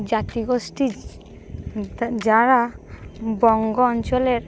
জাতিগোষ্ঠী যারা বঙ্গ অঞ্চলের